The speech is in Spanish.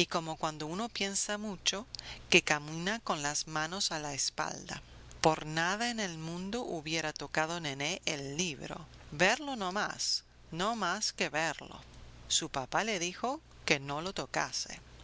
y como cuando uno piensa mucho que camina con las manos a la espalda por nada en el mundo hubiera tocado nené el libro verlo no más no más que verlo su papá le dijo que no lo tocase